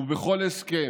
וכל הסכם,